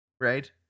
right